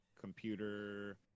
computer